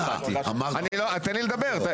תן לי לדבר.